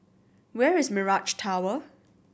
where is Mirage Tower